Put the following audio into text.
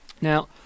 Now